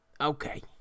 okay